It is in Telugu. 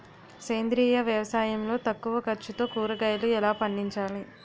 సేంద్రీయ వ్యవసాయం లో తక్కువ ఖర్చుతో కూరగాయలు ఎలా పండించాలి?